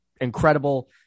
incredible